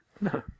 No